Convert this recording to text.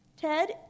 Ted